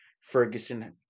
Ferguson